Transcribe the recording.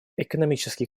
экономический